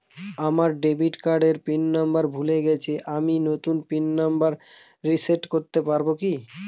আমার ডেবিট কার্ডের pin number ভুলে গেছি আমি নূতন পিন নম্বর রিসেট করতে পারবো কি?